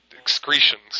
excretions